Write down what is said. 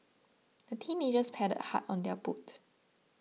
the teenagers paddled hard on their boat